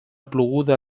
ploguda